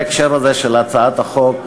בהקשר הזה של הצעת החוק,